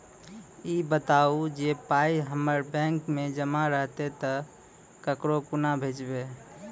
ई बताऊ जे पाय हमर बैंक मे जमा रहतै तऽ ककरो कूना भेजबै?